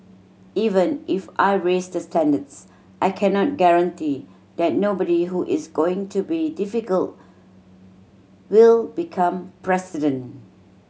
even if I raise the standards I cannot guarantee that nobody who is going to be difficult will become president